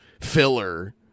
filler